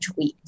tweets